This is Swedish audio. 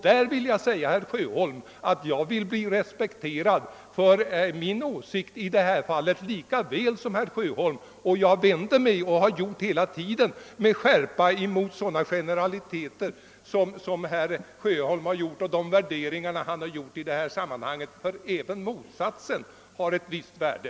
Jag vill säga herr Sjöholm att jag önskar bli lika mycket respekterad för min åsikt som han för sin och vänder mig med skärpa emot hans generaliseringar i detta sammanhang, och det har jag gjort hela tiden, ty även de motsatta åsikterna har ett visst värde.